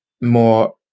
more